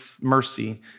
mercy